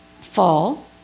fall